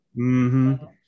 -hmm